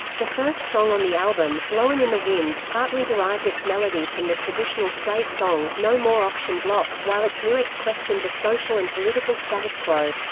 the first song on the album, blowin' in the wind, partly derived its melody from the traditional slave song, no more auction block, while its lyrics questioned the social and political status quo.